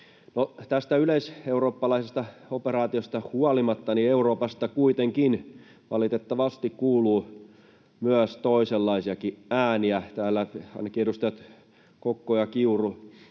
Tästä yleiseurooppalaisesta operaatiosta huolimatta Euroopasta kuitenkin valitettavasti kuuluu myös toisenlaisia ääniä. Täällä ainakin edustajat Kokko ja Kiuru